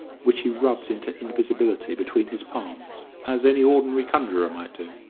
which he rubbed into invisibility between his palms, as any ordinary conjurer might do.